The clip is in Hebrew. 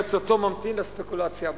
ברצותו ממתין לספקולציה הבאה,